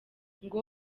ngo